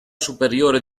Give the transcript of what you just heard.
superiore